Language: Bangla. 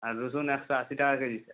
আর রসুন একশো আশি টাকা কেজি স্যার